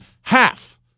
half